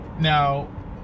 Now